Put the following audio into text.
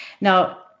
Now